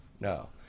No